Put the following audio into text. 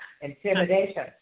intimidation